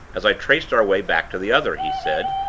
as i traced our way back to the other, he said,